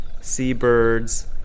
seabirds